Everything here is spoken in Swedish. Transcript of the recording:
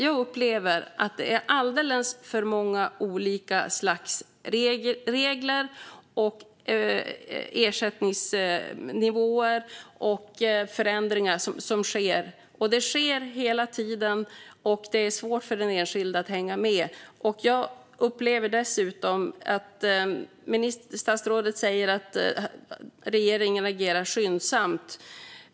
Jag upplever att det är alldeles för många olika slags regler och ersättningsnivåer. Det sker hela tiden förändringar, och det är svårt för den enskilde att hänga med. Statsrådet säger att regeringen agerar skyndsamt.